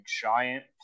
giant